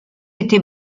été